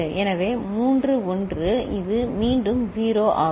எனவே மூன்று 1 இது மீண்டும் 0 ஆகும்